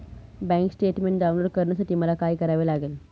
Bank statement download करण्यासाठी मला काय करावे लागेल?